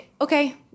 okay